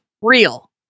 real